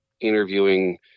interviewing